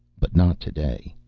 but not today.